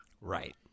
Right